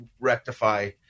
rectify